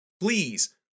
please